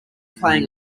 playing